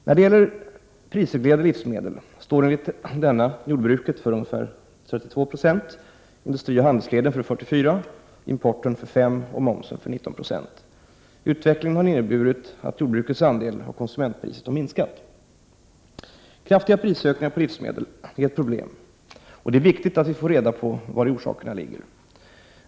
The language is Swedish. När det gäller jordbruksprisreglerade livsmedel står enligt LMU jordbruket för ca 32 26, industrioch handelsleden för 44 96, importen för 5 20 och momsen för 19 926. Utvecklingen har inneburit att jordbrukets andel av konsumentpriset minskat. Kraftiga prisökningar på livsmedel är ett problem, och det är viktigt att vi får reda på vari orsakerna ligger.